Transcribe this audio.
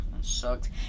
sucked